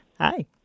Hi